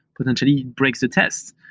potentially it breaks a test.